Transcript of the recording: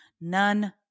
None